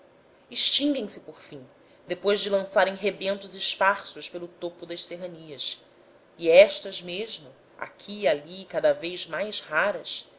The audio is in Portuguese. extinguem se por fim depois de lançarem rebentos esparsos pelo topo das serranias e estas mesmo aqui e ali cada vez mais raras